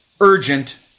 urgent